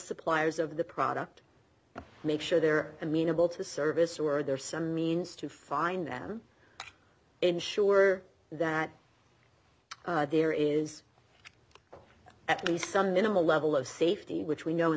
suppliers of the product and make sure they're amenable to service or are there some means to find them ensure that there is at least some minimal level of safety which we know